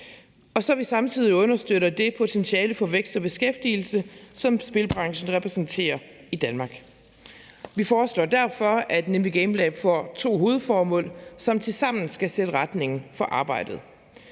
og så vi samtidig understøtter det potentiale for vækst og beskæftigelse, som spilbranchen repræsenterer i Danmark. Vi foreslår derfor at Nimbi GameLab får to hovedformål, som tilsammen skal sætte retningen for arbejdet.